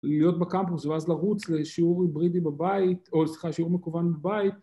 ‫להיות בקמפוס ואז לרוץ ‫לשיעור היברידי בבית, ‫או סליחה, לשיעור מקוון בבית.